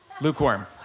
lukewarm